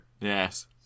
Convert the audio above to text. Yes